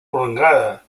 prolongada